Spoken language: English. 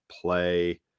play